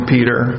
Peter